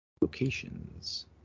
locations